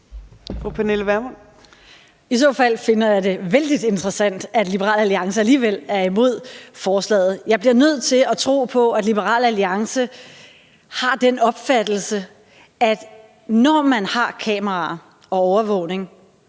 I så fald finder jeg det vældig interessant, at Liberal Alliance alligevel er imod forslaget. Jeg bliver nødt til at tro på, at Liberal Alliance har den opfattelse, at når man har kameraer og overvågning